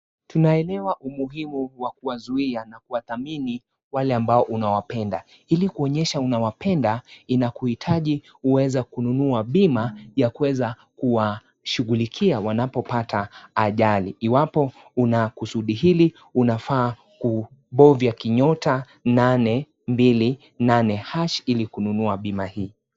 Tunaelewa umuhimu wa kuwazuia na kuwathamini wale ambao unawapenda. Ili kuonyesha unawapenda, inakuhitaji uweze kununua bima ya kuweza kuwashughulikia wanapopata ajali. Iwapo Una kusudi hili, unafaa kubofya kinyota nane, mbili, nane hash Ili kununua bima hii.